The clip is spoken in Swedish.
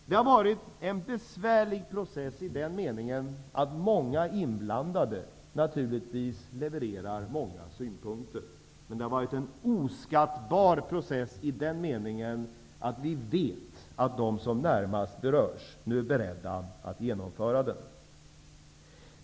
Det har varit en besvärlig process i den meningen att många inblandade naturligtvis levererar många synpunkter. Men det har varit en oskattbar process i den meningen att vi vet att de som närmast berörs nu är beredda att genomföra den.